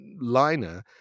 liner